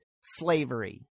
slavery